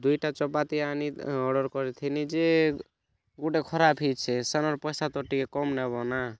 ଦୁଇଟା ଚପାତି ଆନି ଅର୍ଡ଼ର କରିଥିନି ଯେ ଗୋଟେ ଖରାପ ହେଇଛି ସେନର୍ ପଇସା ତ ଟିକେ କମ୍ ନେବ ନା